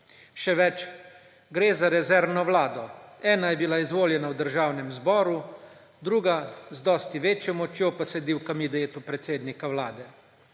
Še več, gre za rezervno vlado. Ena je bila izvoljena v Državnem zboru, druga, z dosti večjo močjo, pa sedi v Kabinetu predsednika Vlade.